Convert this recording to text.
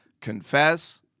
confess